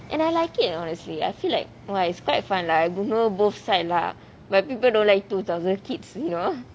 and I like it honestly I feel like !wah! it's quite fun lah இன்னொரு:innoru both side lah where people don't like two thousand kids you know